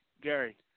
Gary